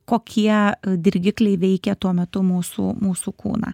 kokie dirgikliai veikė tuo metu mūsų mūsų kūną